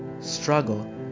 struggle